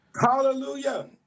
Hallelujah